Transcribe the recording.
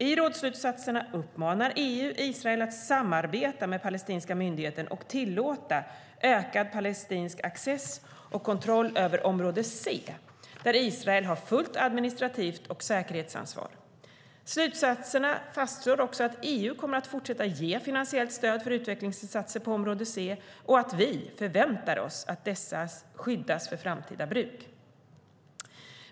I rådsslutsatserna uppmanar EU Israel att samarbeta med palestinska myndigheten och tillåta ökad palestinsk access och kontroll över område C, där Israel har fullt administrativt ansvar och säkerhetsansvar. Slutsatserna fastslår också att EU kommer att fortsätta ge finansiellt stöd för utvecklingsinsatser på område C och att vi förväntar oss att dessa skyddas för framtida bruk.